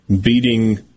beating